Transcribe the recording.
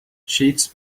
sheets